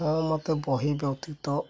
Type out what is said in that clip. ହଁ ମୋତେ ବହି ବ୍ୟତିତ